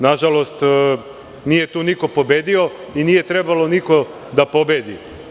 Nažalost, nije tu niko pobedio i nije trebalo niko da pobedi.